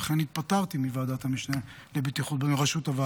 ולכן התפטרתי מראשות ועדת המשנה לבטיחות בדרכים.